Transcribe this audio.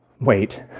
wait